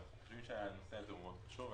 אנחנו חושבים שהנושא הזה מאוד חשוב.